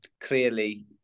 clearly